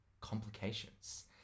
complications